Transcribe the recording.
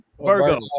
Virgo